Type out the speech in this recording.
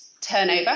turnover